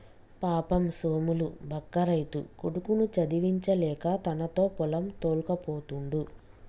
పాపం సోములు బక్క రైతు కొడుకుని చదివించలేక తనతో పొలం తోల్కపోతుండు